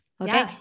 Okay